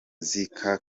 zika